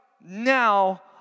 now